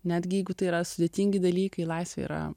netgi jeigu tai yra sudėtingi dalykai laisvė yra